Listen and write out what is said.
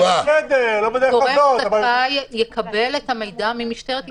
גורם זכאי יקבל את המידע ממשטרת ישראל.